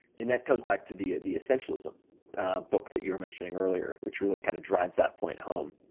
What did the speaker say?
and that comes back to the the essentialism book that you were mentioning earlier, which really kind of drives that point home.